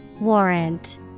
Warrant